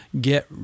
get